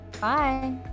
Bye